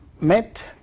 met